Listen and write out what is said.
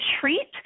treat